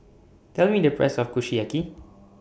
Tell Me The Price of Kushiyaki